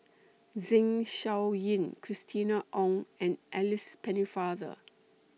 Zeng Shouyin Christina Ong and Alice Pennefather